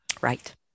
right